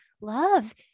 Love